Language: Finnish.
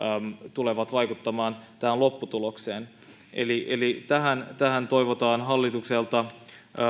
tulevat vaikuttamaan tähän lopputulokseen tähän tähän toivotaan hallitukselta